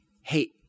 hey –